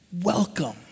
welcome